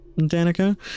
danica